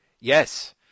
Yes